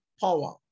power